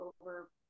over